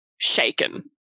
shaken